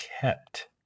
kept